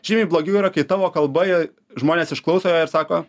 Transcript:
žymiai blogiau yra kai tavo kalba žmonės išklauso ją ir sako